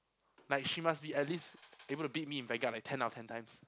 like she must be at least able to beat me in Vanguard like ten out of ten times